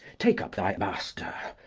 take up thy master.